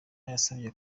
yabasabye